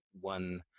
one